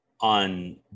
on